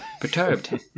Perturbed